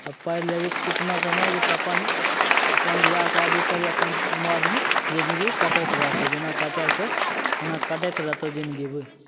आओर पढ़ि लेबही तऽ किस्मत सवरि जएतौ अपन अपन बिआह शादी करिहेँ अपन मौजमे जिनगी कटैत रहतौ जेना काटैके छौ ओना कटैत रहतौ जिनगी